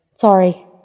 Sorry